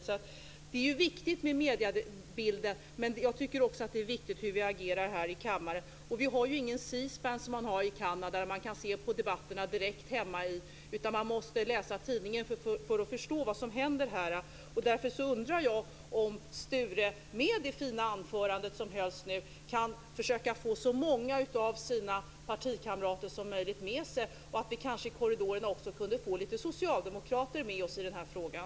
Så det är viktigt med mediebilden, men det är också viktigt hur vi agerar här i kammaren. Vi har ju ingen C-SPAN som man har i Kanada där man kan se på debatterna direkt hemma, utan vi måste läsa tidningen för att förstå vad som händer. Därför undrar jag om Sture med det fina anförande som nu hölls kan försöka få så många av sina partikamrater som möjligt med sig. Kanske kan vi i korridorerna också få med oss lite socialdemokrater i den här frågan.